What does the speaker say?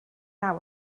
naw